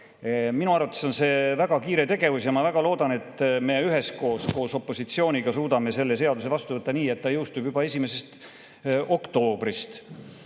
Minu arvates on see väga kiire tegevus. Ma väga loodan, et me üheskoos koos opositsiooniga suudame selle seaduse vastu võtta nii, et ta jõustub juba 1. oktoobrist.